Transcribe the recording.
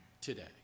today